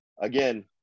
again –